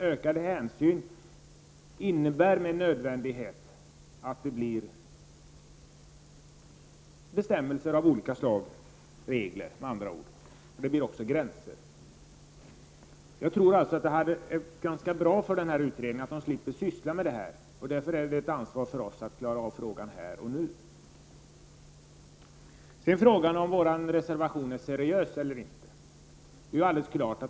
Ökad hänsyn innebär med nödvändighet att man måste införa bestämmelser av olika slag, med andra ord regler, och gränser. Jag tror alltså att det är ganska bra att utredningen slipper att syssla med det här. Det är vårt ansvar att klara frågan här och nu. Sedan till frågan om vår reservation är seriös eller inte.